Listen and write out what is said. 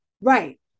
Right